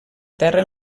terra